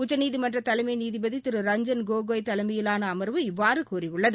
உச்சநீதிமன்ற தலைமை நீதிபதி திரு ரஞ்சன் கோகோய் தலைமையிலான அமர்வு இவ்வாறு கூறியுள்ளது